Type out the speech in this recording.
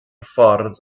ffordd